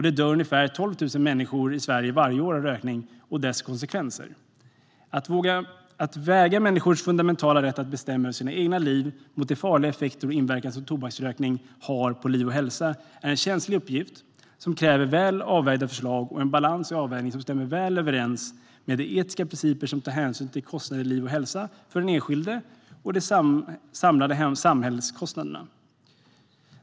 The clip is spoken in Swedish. Det dör ungefär 12 000 människor i Sverige varje år av rökning och dess konsekvenser. Att väga människors fundamentala rätt att bestämma över sina egna liv mot de farliga effekter och den inverkan som tobaksrökning har på liv och hälsa är en känslig uppgift. Det krävs väl avvägda förslag och en balans i avvägningarna som stämmer väl överens med de etiska principer som tar hänsyn till kostnader i liv och hälsa för den enskilde och de samlade samhällskostnaderna.